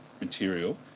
material